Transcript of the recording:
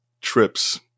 trips